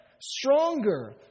Stronger